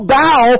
bow